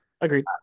Agreed